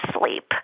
sleep